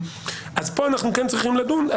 כאן אנחנו כן צריכים לדון.